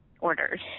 orders